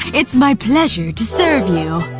it's my pleasure to serve you.